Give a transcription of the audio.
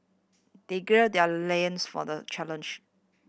they gird their loins for the challenge